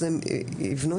הם יבנו את זה.